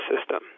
system